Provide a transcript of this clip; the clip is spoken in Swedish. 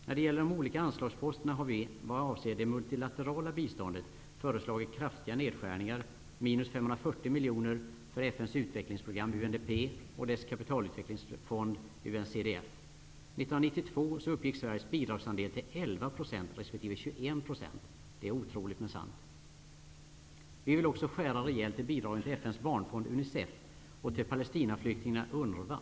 När det gäller de olika anslagsposterna har vi vad avser det multilaterala biståndet föreslagit kraftiga nedskärningar -- om 540 miljoner kronor -- vad gäller FN:s utvecklingsprogram UNDP och dess kapitalutvecklingsfond UNCDF. År 1992 uppgick otroligt men sant. Vi vill också skära rejält i bidragen till FN:s barnfond UNICEF och till Palestinaflyktingarna genom UNRWA.